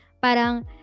Parang